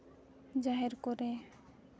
ᱡᱟᱦᱮᱨ ᱠᱚᱨᱮᱫ